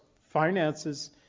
finances